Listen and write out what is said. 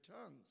tongues